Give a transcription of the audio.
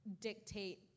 dictate